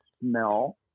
smell